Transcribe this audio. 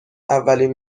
اولین